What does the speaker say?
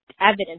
evidence